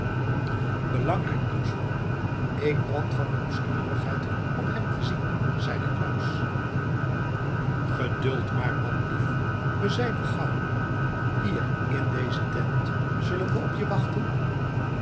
belangrijk nieuws voor me ik brand van nieuwsgierigheid om hem te zien zeide claus geduld maar manlief we zijn er gauw hier in deze tent zullen we op je wachten